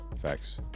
Facts